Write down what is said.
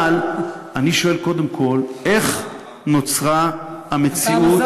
אבל אני שואל, קודם כול, איך נוצרה המציאות.